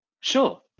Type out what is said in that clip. sure